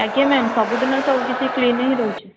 ଆଜ୍ଞା ମ୍ୟାମ୍ ସବୁଦିନ ସବୁକିଛି କ୍ଲିନ୍ ହିଁ ରହୁଛି